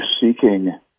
seeking